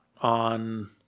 on